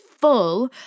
full